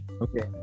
Okay